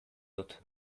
dut